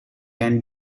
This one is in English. and